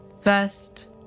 First